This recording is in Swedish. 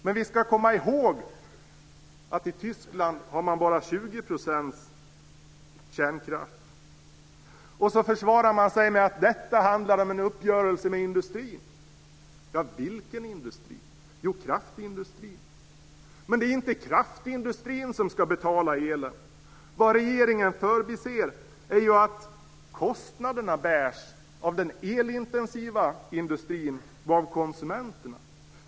Men vi ska komma ihåg att man i Tyskland får bara 20 % av elen från kärnkraft. Man försvarar sig med att detta handlar om en uppgörelse med industrin. Vilken industri? Jo, kraftindustrin. Men det är inte kraftindustrin som ska betala elen. Vad regeringen förbiser är att kostnaderna bärs av den elintensiva industrin och av konsumenterna.